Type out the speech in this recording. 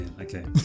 okay